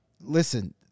listen